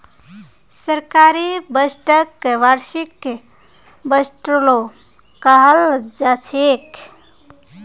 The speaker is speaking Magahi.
सरकारी बजटक वार्षिक बजटो कहाल जाछेक